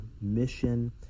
mission